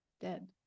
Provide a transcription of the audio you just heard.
dead